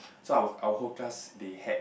so our our whole class they had